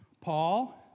Paul